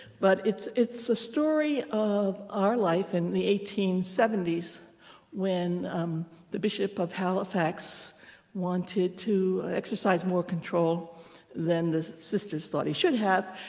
but it's it's a story of our life in the eighteen seventy s when the bishop of halifax wanted to exercise more control than this sisters thought he should have.